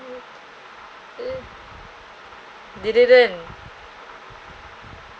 they didn't